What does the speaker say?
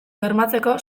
bermatzeko